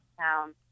town